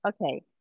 Okay